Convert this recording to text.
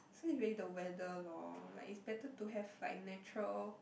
so it's really the weather loh like it's better to have like natural